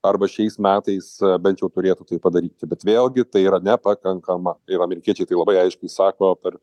arba šiais metais bent jau turėtų tai padaryti bet vėlgi tai yra nepakankama ir amerikiečiai tai labai aiškiai sako per